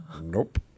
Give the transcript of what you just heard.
Nope